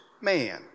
man